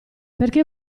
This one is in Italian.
perché